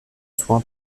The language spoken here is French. soin